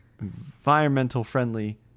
environmental-friendly